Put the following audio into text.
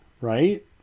right